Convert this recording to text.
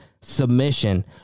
submission